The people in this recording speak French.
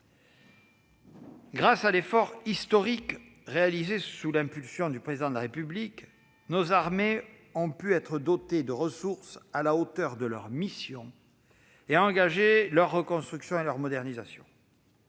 grâce à l'effort historique réalisé sous l'impulsion du Président de la République, nos armées ont pu être dotées de ressources à la hauteur de leurs missions et engager leur reconstruction et leur modernisation.